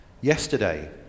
Yesterday